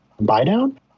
buy-down